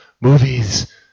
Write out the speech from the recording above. Movies